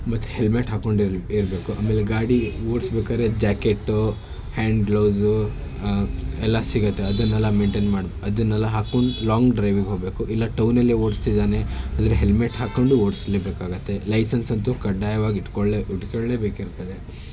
ಮತ್ತು ಹೆಲ್ಮೆಟ್ ಹಾಕೊಂಡಿರ ಇರಬೇಕು ಆಮೇಲೆ ಗಾಡಿ ಓಡಿಸ್ಬೇಕಾದ್ರೆ ಜಾಕೆಟ್ಟು ಹ್ಯಾಂಡ್ ಗ್ಲೌಸೂ ಎಲ್ಲ ಸಿಗುತ್ತೆ ಅದನ್ನೆಲ್ಲ ಮೇಂಟೈನ್ ಮಾಡಿ ಅದನ್ನೆಲ್ಲ ಹಾಕೊಂಡು ಲಾಂಗ್ ಡ್ರೈವಿಗೆ ಹೋಗಬೇಕು ಇಲ್ಲ ಟೌನಲ್ಲೇ ಓಡಿಸ್ತಿದ್ದಾನೆ ಇಲ್ಲ ಹೆಲ್ಮೆಟ್ ಹಾಕೊಂಡು ಓಡಿಸ್ಲೇ ಬೇಕಾಗುತ್ತೆ ಲೈಸೆನ್ಸ್ ಅಂತೂ ಕಡ್ಡಾಯವಾಗಿ ಹಿಡ್ಕೊಳ್ಳೆ ಹಿಡ್ಕೊಳ್ಳೇ ಬೇಕಿರ್ತದೆ